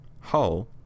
Hull